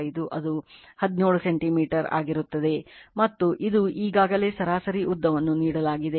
5 ಅದು 17 ಸೆಂಟಿಮೀಟರ್ ಆಗಿರುತ್ತದೆ ಮತ್ತು ಇದು ಈಗಾಗಲೇ ಸರಾಸರಿ ಉದ್ದವನ್ನು ನೀಡಲಾಗಿದೆ